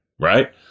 right